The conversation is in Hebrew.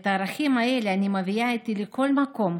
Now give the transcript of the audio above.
את הערכים האלה אני מביאה איתי לכל מקום,